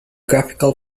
graphical